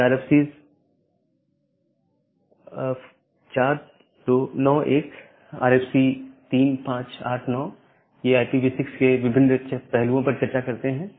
ये R F C हैं RFC 4291 R F C 3589 ये IPv6 के विभिन्न पहलुओं की चर्चा करते हैं